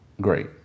great